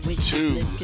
two